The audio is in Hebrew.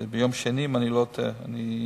ביום שני, אם אני לא טועה,